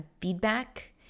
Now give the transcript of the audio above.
feedback